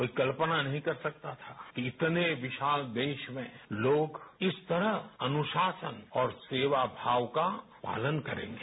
कोई कल्पना नहीं कर सकता था कि इतने विशाल देश में लोग इस तरह अनुशासन और सेवाभाव का पालन करेंगे